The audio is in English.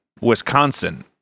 wisconsin